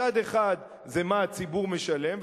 צד אחד זה מה שהציבור משלם,